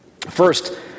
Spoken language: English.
First